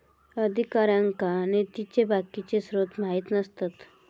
अधिकाऱ्यांका निधीचे बाकीचे स्त्रोत माहित नसतत